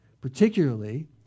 particularly